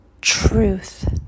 truth